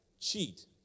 cheat